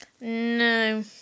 No